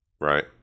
Right